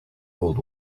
old